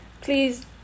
please